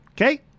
okay